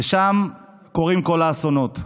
ושם קורים כל האסונות.